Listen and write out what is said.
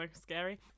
scary